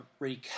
recap